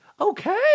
okay